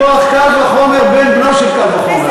זה מכוח קל וחומר בן-בנו של קל וחומר.